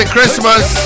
Christmas